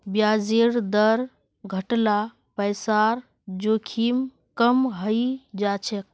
ब्याजेर दर घट ल पैसार जोखिम कम हइ जा छेक